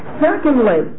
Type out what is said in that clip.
Secondly